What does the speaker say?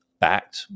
backed